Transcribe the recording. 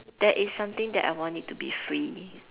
that is something that I want it to be free